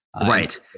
right